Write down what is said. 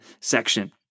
section